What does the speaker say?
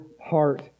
heart